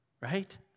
Right